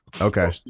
okay